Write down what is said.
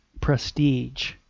prestige